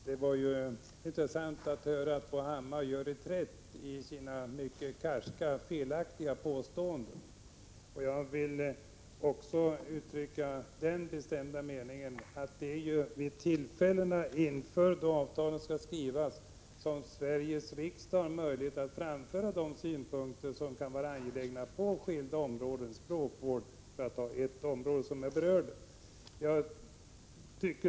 Herr talman! Det var intressant att höra att Bo Hammar gör en reträtt i 3 juni 1986 sina mycket karska och felaktiga påståenden. Jag vill också uttrycka den bestämda meningen att det är vid tillfällena inför avtalens skrivande som Sveriges riksdag har möjlighet att framföra angelägna synpunkter på skilda områden, t.ex. språkvården för att ta ett berört område.